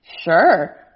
Sure